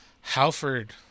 Halford